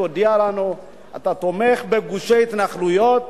שתודיע לנו שאתה תומך בגושי התנחלויות,